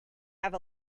have